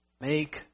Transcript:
make